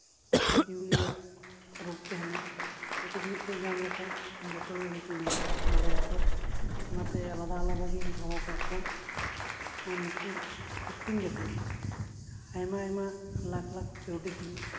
ᱡᱤᱭᱟᱹᱞᱤᱭᱟᱜ ᱨᱳᱜᱽ ᱛᱟᱦᱮᱱᱟ ᱦᱳᱭᱛᱳ ᱢᱤᱫᱴᱮᱱ ᱧᱟᱢ ᱞᱮᱠᱷᱟᱱ ᱡᱚᱛᱚ ᱜᱮ ᱦᱳᱭᱛᱳ ᱧᱟᱢ ᱫᱟᱲᱮᱭᱟᱠᱚᱣᱟ ᱚᱱᱟᱛᱮ ᱟᱞᱟᱫ ᱟᱞᱟᱫᱟᱜᱤᱧ ᱫᱚᱦᱚᱣᱟᱠᱟᱫ ᱠᱚᱣᱟ ᱟᱨ ᱱᱩᱠᱩ ᱟᱹᱠᱷᱨᱤᱧ ᱠᱟᱛᱮᱫ ᱟᱭᱢᱟ ᱟᱭᱢᱟ ᱞᱟᱠᱷ ᱞᱟᱠᱷ ᱠᱟᱹᱣᱰᱤ ᱠᱤᱱ